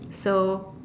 so